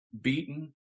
beaten